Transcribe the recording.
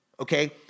Okay